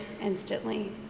instantly